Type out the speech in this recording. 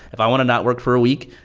if i want to not work for a week,